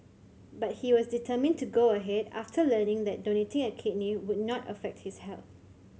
but he was determined to go ahead after learning that donating a kidney would not affect his health